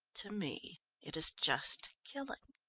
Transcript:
to me it is just killing.